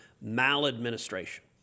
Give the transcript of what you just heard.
maladministration